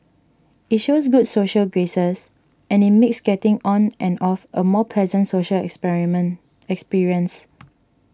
it shows good social graces and it makes getting on and off a more pleasant social experience